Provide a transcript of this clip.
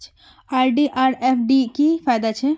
RD आर FD की फ़ायदा छे?